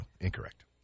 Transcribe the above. incorrect